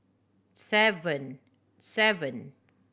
seven seven